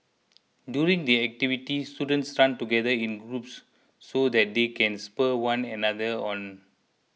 during the activity students run together in groups so that they can spur one another on